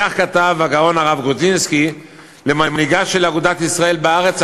כך כתב הגאון הרב גרודזנסקי למנהיגה של אגודת ישראל בארץ,